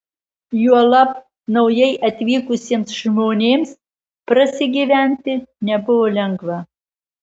juolab naujai atvykusiems žmonėms prasigyventi nebuvo lengva